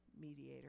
mediator